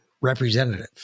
representative